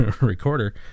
recorder